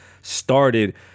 started